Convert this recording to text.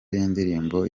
y’indirimbo